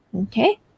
okay